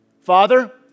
Father